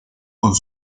con